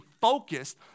focused